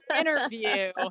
interview